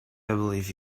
believe